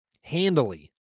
handily